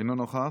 אינו נוכח.